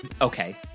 Okay